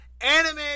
anime